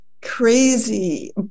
crazy